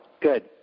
Good